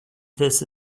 this